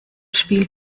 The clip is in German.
spielt